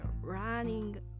running